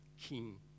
king